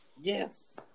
Yes